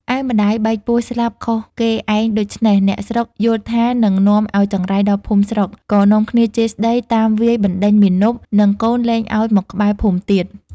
ឯម្ដាយបែកពោះស្លាប់ខុសគេឯងដូច្នេះ អ្នកស្រុកយល់ថានឹងនាំឲ្យចង្រៃដល់ភូមិស្រុក ក៏នាំគ្នាជេរស្ដី តាមវាយបណ្ដេញមាណព និងកូនលែងឲ្យមកក្បែរភូមិទៀត។